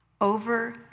over